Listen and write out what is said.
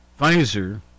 Pfizer